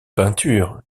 peintures